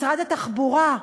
משרד התחבורה,